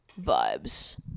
vibes